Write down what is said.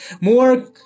more